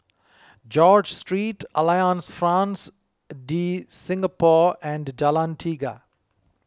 George Street Alliance Francaise De Singapour and Jalan Tiga